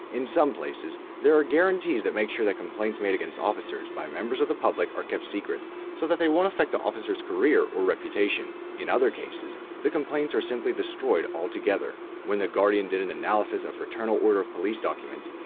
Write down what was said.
in some places, there are guarantees that make sure that complaints made against officers by members of the public are kept secret so that they won't affect the officer's career or reputation. in other cases, the complaints are simply destroyed all together. when the guardian did an analysis of fraternal order of police documents,